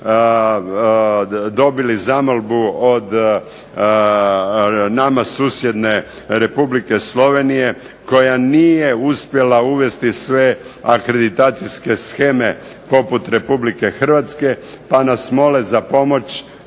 dobili zamolbu od nama susjedne Republike Slovenije koja nije uspjela uvesti sve akreditacijske sheme, poput RH, pa nas mole za pomoć,